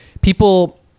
people